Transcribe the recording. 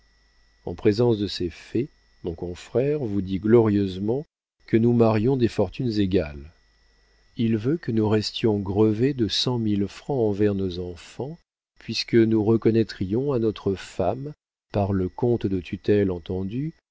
en présence de ces faits mon confrère vous dit glorieusement que nous marions des fortunes égales il veut que nous restions grevés de cent mille francs envers nos enfants puisque nous reconnaîtrions à notre femme par le compte de tutelle